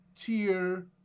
tier